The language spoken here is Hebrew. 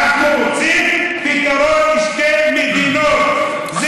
אנחנו רוצים פתרון שתי מדינות.